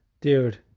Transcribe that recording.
Dude